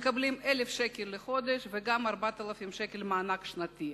1,000 שקלים לחודש וגם 4,000 שקלים מענק שנתי,